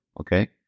okay